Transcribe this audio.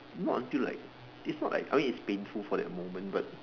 not until like it's not like I mean it's painful for that moment but